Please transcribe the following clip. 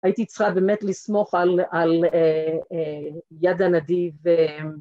הייתי צריכה באמת לסמוך על... על... יד הנדיב